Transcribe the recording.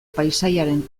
paisaiaren